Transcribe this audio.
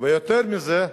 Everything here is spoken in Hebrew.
ויותר מזה,